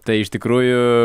tai iš tikrųjų